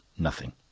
nothing.